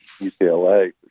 UCLA